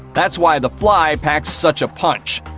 that's why the fly packs such a punch.